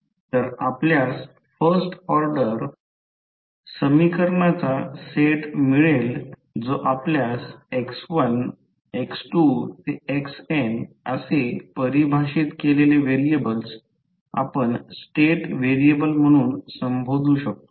तर आपल्यास first order समीकरणाचा सेट मिळेल जो आपल्यास x1 x2 ते xn असे परिभाषित केलेले व्हेरिएबल्स आपण स्टेट व्हेरिएबल म्हणून संबोधतो